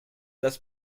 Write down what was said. das